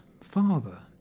father